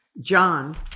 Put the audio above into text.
John